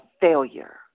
failure